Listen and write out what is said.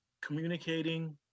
communicating